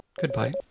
Goodbye